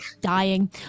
dying